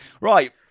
Right